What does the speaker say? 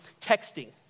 Texting